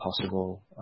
possible